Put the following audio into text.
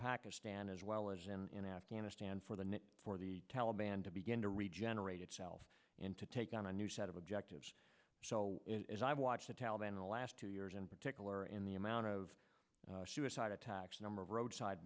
pakistan as well as in in afghanistan for the need for the taliban to begin to regenerate itself and to take on a new set of objectives so as i watched the taliban the last two years in particular in the amount of suicide attacks a number of roadside